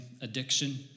addiction